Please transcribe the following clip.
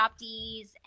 adoptees